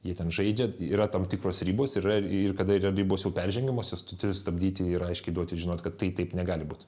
jie ten žaidžia yra tam tikros ribos yra ir kada yra ribos jau peržengiamos juos tu turi stabdyti ir aiškiai duoti žinot kad tai taip negali būt